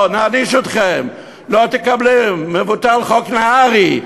לא, נעניש אתכם, לא תקבלו, מבוטל חוק נהרי.